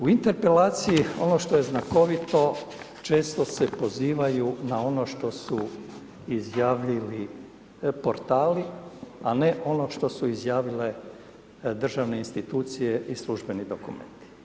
U interpelaciji ono što je znakovito, često se pozivaju na ono što su izjavili portali, a ne ono što su izjavile državne institucije i službeni dokumenti.